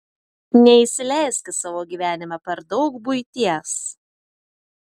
neįsileisk į savo gyvenimą per daug buities